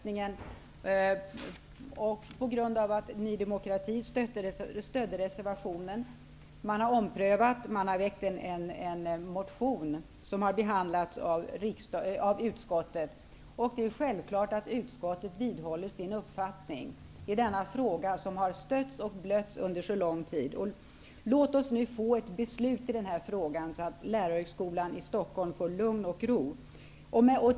Ny demokrati stödde en reservation. Man har omprövat förslaget och väckt en motion, som har behandlats av utskottet. Det är självklart att utskottet vidhåller sin uppfattning i denna fråga, som har stötts och blötts under så lång tid. Låt oss nu få ett beslut i den här frågan, så att Lärarhögskolan i Stockholm får lugn och ro.